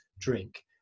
drink